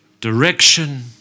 direction